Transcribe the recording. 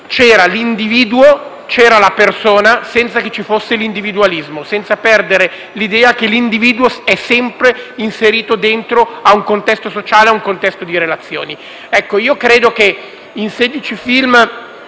C'era l'individuo, c'era la persona, senza che ci fosse l'individualismo, senza perdere l'idea che l'individuo è sempre inserito dentro a un contesto sociale e a un contesto di relazioni. Ecco, io credo che in sedici